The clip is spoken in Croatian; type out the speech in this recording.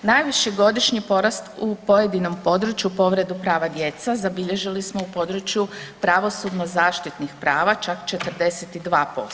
Najviši godišnji porast u pojedinom području povredu prava djece zabilježili smo u području pravosudno zaštitnih prava, čak 42%